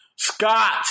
Scott